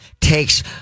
takes